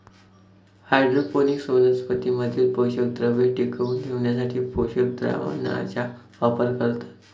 hydroponics वनस्पतीं मधील पोषकद्रव्ये टिकवून ठेवण्यासाठी पोषक द्रावणाचा वापर करतात